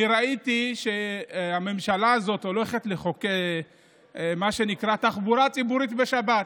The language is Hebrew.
אני ראיתי שהממשלה הזאת הולכת לחוקק מה שנקרא תחבורה ציבורית בשבת.